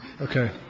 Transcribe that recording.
Okay